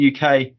UK